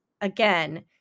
again